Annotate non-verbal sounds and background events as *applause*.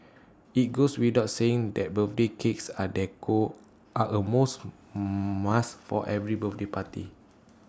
IT goes without saying that birthday cakes and decor are A most *noise* must for every birthday party